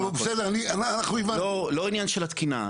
זה לא העניין של התקינה.